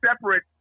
separate